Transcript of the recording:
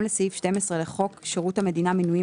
לסעיף 12 לחוק שירות המדינה (מינויים),